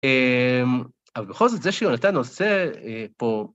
אבל בכל זאת, זה שיונתן עושה פה.